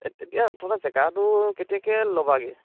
এতিয়া মুঠতে জেগাটো কেতিয়াকৈ ল'বাগৈ